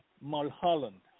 Mulholland